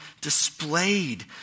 displayed